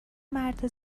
مرد